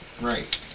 Right